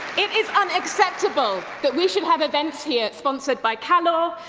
it is unacceptable that we should have events here sponsored by calor,